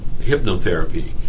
hypnotherapy